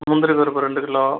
முந்திரிப்பருப்பு ரெண்டு கிலோ